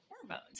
hormones